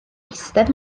eistedd